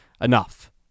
enough